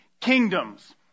kingdoms